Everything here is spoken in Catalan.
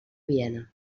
viena